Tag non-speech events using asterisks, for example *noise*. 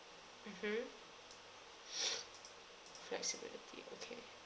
mmhmm *breath* flexibility okay